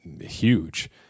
huge